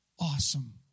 awesome